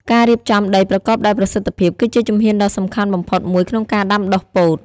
ការរៀបចំដីប្រកបដោយប្រសិទ្ធភាព គឺជាជំហានដ៏សំខាន់បំផុតមួយក្នុងការដាំដុះពោត។